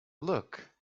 look